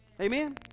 Amen